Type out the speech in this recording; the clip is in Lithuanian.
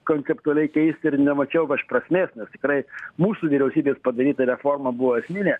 konceptualiai keisti ir nemačiau prasmės nes tikrai mūsų vyriausybės padaryta reforma buvo esminė